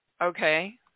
Okay